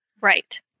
Right